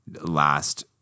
last